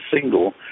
single